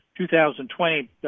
2020